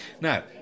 Now